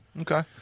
Okay